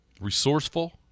resourceful